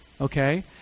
Okay